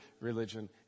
religion